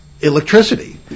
electricity